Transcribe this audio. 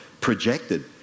projected